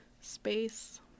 space